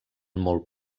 molt